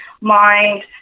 mind